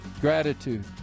Gratitude